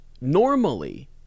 normally